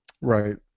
Right